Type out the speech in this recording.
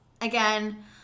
again